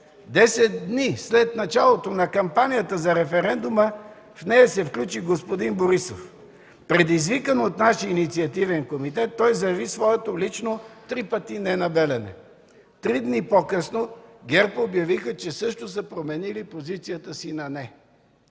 Десет дни след началото на кампанията за референдума в нея се включи господин Борисов. Предизвикан от нашия Инициативен комитет той заяви своето лично три пъти „не” на „Белене”. Три дни по-късно ГЕРБ обявиха, че също са променили позицията си на „не”.